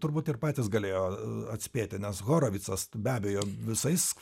turbūt ir patys galėjo atspėti nes horovicas be abejo visais